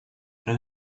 and